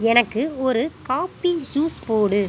எனக்கு ஒரு coffee juice போடு